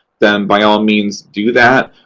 then by all means, do that.